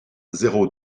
zéro